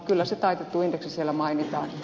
kyllä se taitettu indeksi siellä mainitaan